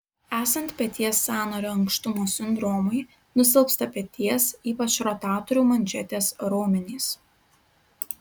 esant peties sąnario ankštumo sindromui nusilpsta peties ypač rotatorių manžetės raumenys